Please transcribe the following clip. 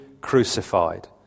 crucified